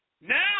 Now